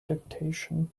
dictation